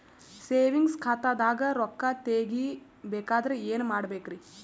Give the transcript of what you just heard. Savings ಖಾತಾದಾಗ ರೊಕ್ಕ ತೇಗಿ ಬೇಕಾದರ ಏನ ಮಾಡಬೇಕರಿ?